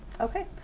Okay